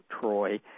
Troy